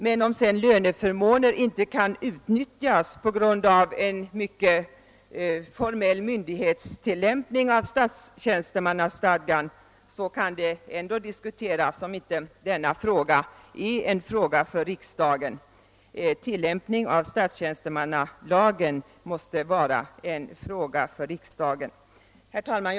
Men om löneförmånerna inte kan utnyttjas på grund av en mycket formell myndighetstillämpning av statstjänstemannalagen kommer saken i ett annat läge. Frågan om tillämpningen av statstjänstemannalagen måste vara en fråga för riksdagen. Herr talman!